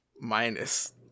minus